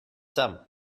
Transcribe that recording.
some